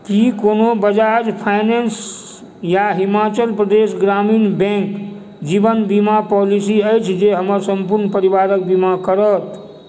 की कोनो बजाज फाइनेंस या हिमाचल प्रदेश ग्रामीण बैंक जीवन बीमा बीमा पॉलिसी अछि जे हमर सम्पूर्ण परिवारक बीमा करत